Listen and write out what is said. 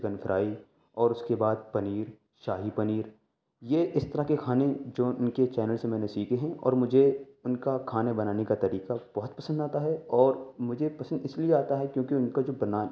chicken fry اور اس کے بعد پنیر شاہی پنیر یہ اس طرح کے کھانے جو ان کے چینل سے میں نے سیکھے ہیں اور مجھے ان کا کھانا بنانے کا طریقہ بہت پسند آتا ہے اور مجھے پسند اس لیے آتا ہے کیونکہ ان کا جو بنا